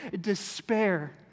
despair